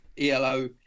ELO